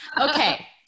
Okay